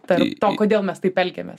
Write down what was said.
tarp to kodėl mes taip elgiamės